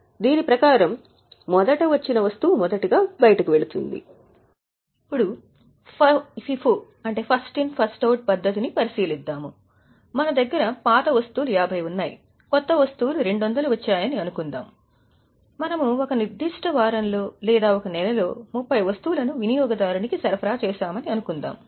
దీని ప్రకారము మొదట వచ్చినది మొదటి గా వెళుతుంది ఇప్పుడు FIFO పద్ధతిని పరిశీలిద్దాము మన దగ్గర పాత వస్తువులు 50 కొత్త వస్తువులు 200 వచ్చాయని అనుకుందాం మనము ఒక నిర్దిష్ట వారంలో లేదా ఒక నెలలో 30 వస్తువులను వినియోగదారునికి సరఫరా చేశామని అనుకుందాము